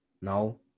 No